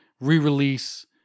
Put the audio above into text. re-release